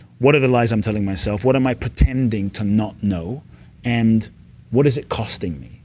what are the lies i'm telling myself? what am i pretending to not know and what is it costing me?